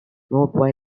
while